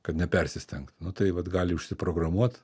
kad nepersistengt nu tai vat gali užsiprogramuot